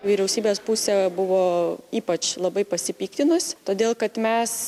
vyriausybės pusė buvo ypač labai pasipiktinus todėl kad mes